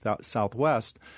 Southwest